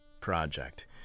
project